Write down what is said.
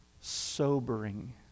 sobering